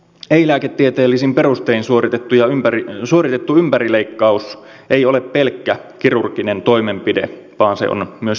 ei lääketieteellisin perustein suoritettu ympärileikkaus ei ole pelkkä kirurginen toimenpide vaan se on myös paljon muuta